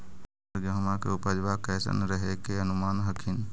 अबर गेहुमा के उपजबा कैसन रहे के अनुमान हखिन?